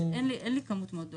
אין לי כמות מאוד גדולה.